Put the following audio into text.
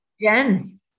Jen